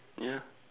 yeah